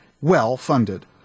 well-funded